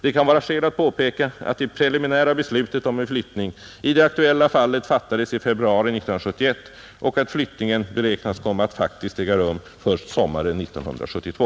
Det kan vara skäl att påpeka att det preliminära beslutet om en flyttning i det aktuella fallet fattades i februari 1971 och att flyttningen beräknas kunna faktiskt äga rum först sommaren 1972.